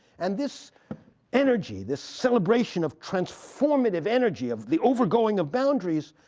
and this energy this celebration of transformative energy, of the over-going of boundaries,